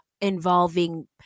involving